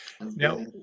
Now